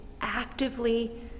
actively